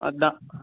अ दा